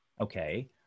okay